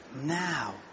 now